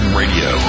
radio